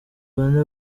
bane